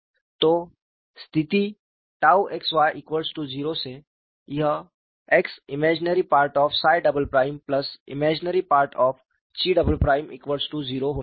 तो स्थिति 𝝉xy0 से यह xIm 𝜳″Im 𝛘″0 होना चाहिए